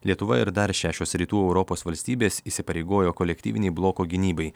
lietuva ir dar šešios rytų europos valstybės įsipareigojo kolektyvinei bloko gynybai